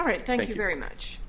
all right thank you very much